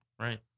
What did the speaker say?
Right